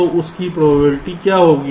तो उस की प्रोबेबिलिटी क्या होगी